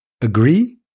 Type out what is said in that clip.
Agree